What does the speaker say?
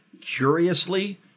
curiously